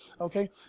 okay